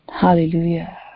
hallelujah